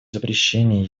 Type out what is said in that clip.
запрещении